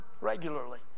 regularly